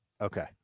Okay